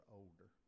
older